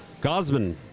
Gosman